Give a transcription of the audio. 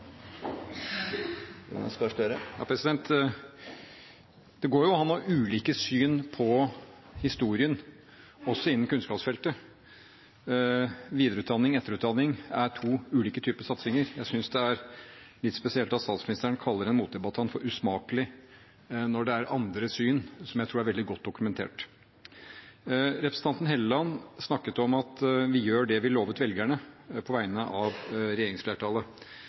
to ulike typer satsinger. Jeg synes det er litt spesielt at statsministeren kaller en motdebattant for usmakelig når det er andre syn som jeg tror er veldig godt dokumentert. Representanten Helleland snakket om at vi gjør det vi lovet velgerne på vegne av regjeringsflertallet.